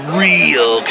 real